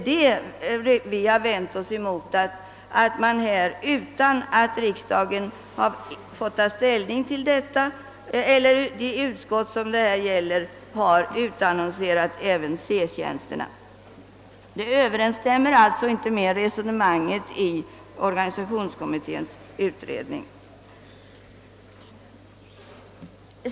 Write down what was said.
Vad vi har vänt oss emot är alltså att man har, utan att riksdagen eller ifrågavarande utskott fått ta ställning därtill, utannonserat även C-tjänsterna. Det överensstämmer inte med resonemanget i organisationsutredningens förslag.